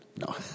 No